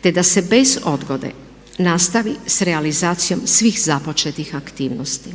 te da se bez odgode nastavi sa realizacijom svih započetih aktivnosti.